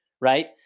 right